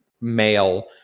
male